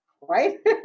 right